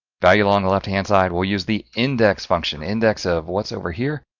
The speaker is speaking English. value on the left-hand side, we'll use the index function, index of what's over here,